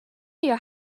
your